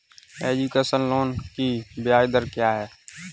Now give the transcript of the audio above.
Education loan की ब्याज दर क्या है?